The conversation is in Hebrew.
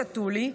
שתו לי",